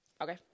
okay